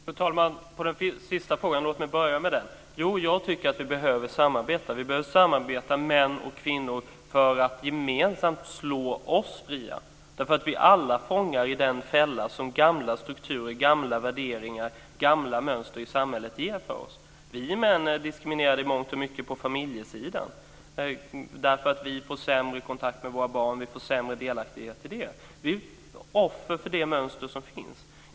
Fru talman! Jag börjar med den sista frågan, Jo, jag tycker att vi behöver samarbeta. Det behöver vi män och kvinnor göra för att gemensamt slå oss fria. Vi är ju alla fångar i den fälla som gamla strukturer, gamla värderingar och gamla mönster i samhället ger. Vi män är i mångt och mycket diskriminerade på familjesidan därför att vi får sämre kontakt med våra barn och sämre delaktighet i det avseendet. Vi är offer för de mönster som finns.